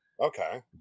okay